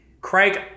Craig